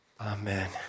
Amen